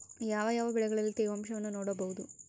ಯಾವ ಯಾವ ಬೆಳೆಗಳಲ್ಲಿ ತೇವಾಂಶವನ್ನು ನೋಡಬಹುದು?